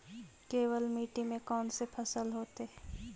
केवल मिट्टी में कौन से फसल होतै?